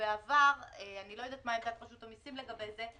אני לא יודעת מה עמדת רשות המיסים לגבי זה,